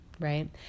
right